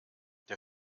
der